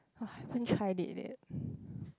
!wah! haven't tried it yet